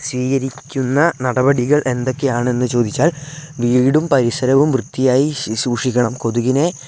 സ്വീകരിക്കുന്ന നടപടികൾ എന്തൊക്കെയാണെന്നു ചോദിച്ചാൽ വീടും പരിസരവും വൃത്തിയായി സൂക്ഷിക്കണം കൊതുകിനെ